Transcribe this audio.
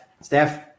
steph